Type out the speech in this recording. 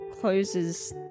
closes